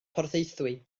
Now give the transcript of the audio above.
porthaethwy